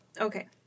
okay